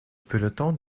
peloton